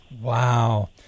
Wow